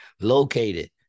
located